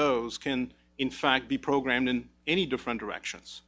those can in fact be programmed in any different directions